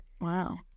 Wow